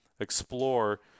explore